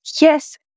yes